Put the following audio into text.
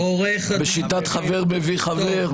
בשיטת חבר מביא חבר.